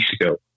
ago